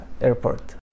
airport